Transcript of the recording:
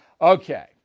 Okay